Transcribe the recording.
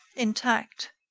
intact.